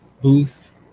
booth